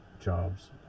jobs